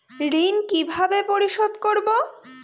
ঋণ কিভাবে পরিশোধ করব?